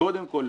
וקודם כל,